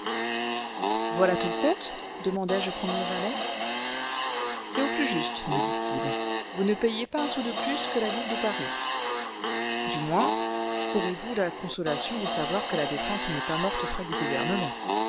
voilà tout le compte demandai-je au premier valet c'est au plus juste me dit-il vous ne payez pas un sou de plus que la ville de paris du moins aurez-vous la consolation de savoir que la défunte n'est pas morte aux frais du gouvernement